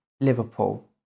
Liverpool